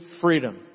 freedom